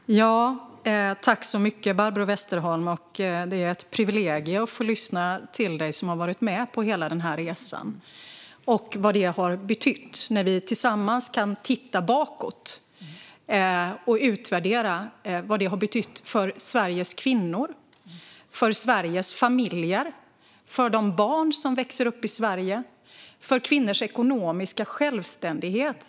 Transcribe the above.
Herr talman! Tack så mycket, Barbro Westerholm! Det är ett privilegium att få lyssna till dig som har varit med på hela den här resan. Vi kan tillsammans titta bakåt och utvärdera vad detta har betytt för Sveriges kvinnor, för Sveriges familjer, för de barn som växer upp i Sverige och för kvinnors ekonomiska självständighet.